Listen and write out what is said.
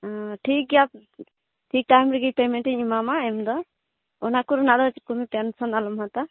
ᱚᱻ ᱴᱷᱤᱠ ᱜᱮᱭᱟ ᱴᱷᱤᱠ ᱴᱟᱭᱤᱢ ᱨᱮᱜᱮ ᱯᱮᱢᱮᱴ ᱤᱧ ᱮᱢᱟᱢᱟ ᱮᱢ ᱫᱚ ᱚᱱᱟ ᱠᱚᱨᱮᱱᱟᱜ ᱫᱚ ᱠᱚᱱᱚ ᱴᱮᱱᱥᱚᱱ ᱟᱞᱚᱢ ᱦᱟᱛᱟ